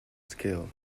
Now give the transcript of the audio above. scale